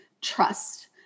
trust